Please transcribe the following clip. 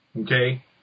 okay